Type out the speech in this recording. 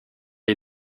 est